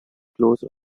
close